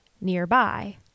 nearby